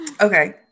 Okay